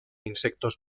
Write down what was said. insectos